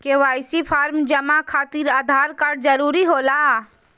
KYC form जमा खातिर Aadhaar card जरूरी होला?